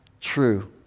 true